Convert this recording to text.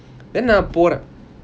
then நான் போறான்:naan poran